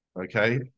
okay